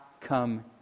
come